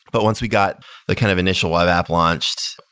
but once we got the kind of initial web app launched,